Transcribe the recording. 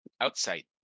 Outside